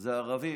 זה ערבים.